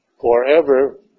forever